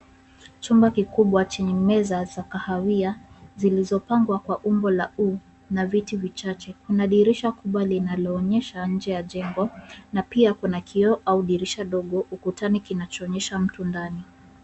Chumba kikubwa chenye meza za kahawia zilizopangwa kwa umbo la u na viti vichache. Kuna dirisha kubwa linaloonyesha nje ya jengo na pia kuna kioo au dirisha dogo ukutani kinachoonyesha mtu ndani .